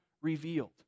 revealed